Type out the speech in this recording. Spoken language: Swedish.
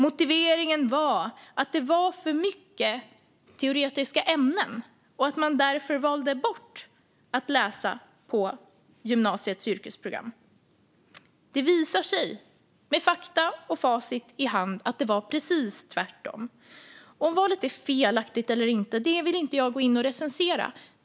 Motiveringen var att det var för mycket av teoretiska ämnen och att man därför valde bort att läsa på gymnasiets yrkesprogram. Det visar sig med fakta och facit i hand att det var precis tvärtom. Om valet är felaktigt eller inte vill jag inte gå in och recensera.